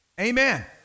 Amen